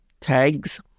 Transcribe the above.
tags